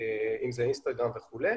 אינסטגרם וכולי,